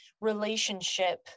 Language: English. relationship